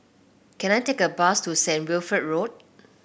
can I take a bus to Saint Wilfred Road